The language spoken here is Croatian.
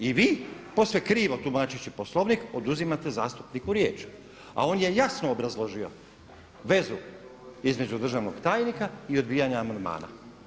I vi posve krivo tumačeći poslovnik oduzimate zastupniku riječ a on je jasno obrazložio vezu između državnog tajnika i odbijanja amandmana.